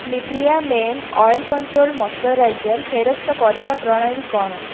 Nivea men oil control moisturiser ଫେରସ୍ତ କରିବାର ପ୍ରଣାଳୀ କ'ଣ